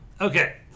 Okay